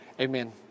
Amen